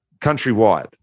countrywide